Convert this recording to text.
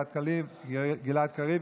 גלעד קריב